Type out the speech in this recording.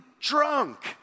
drunk